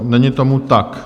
Není tomu tak.